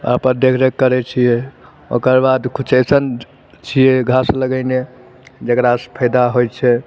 ओहाँपर देखरेख करै छियै ओकरबाद किछु अइसन छियै घास लगैने जेकरा सऽ फैदा होइ छै